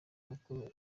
mukuru